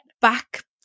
back